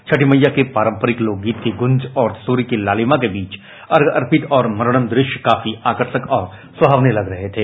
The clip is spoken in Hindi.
छठी मईया के पारंपरिक लोकगीत की गूंज और सूर्य की लालिमा के बीच अर्घ्य अर्पित और मनोरम दृष्य काफी आकर्षक और सुहावने लग रहे थे